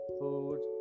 food